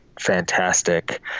fantastic